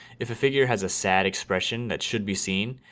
if a figure has a sad expression that should be seen.